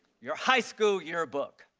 your high school yearbook.